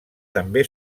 també